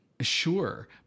Sure